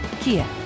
Kia